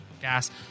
gas